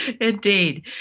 Indeed